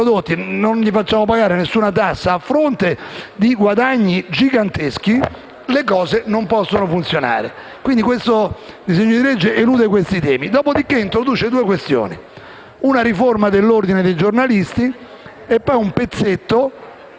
non gli facciamo pagare nessuna tassa, a fronte di guadagni giganteschi, le cose non possono funzionare. Quindi questo disegno di legge elude questi temi. Dopodiché, esso introduce due questioni: una riforma dell'Ordine dei giornalisti e un pezzetto